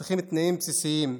צריכים תנאים בסיסיים,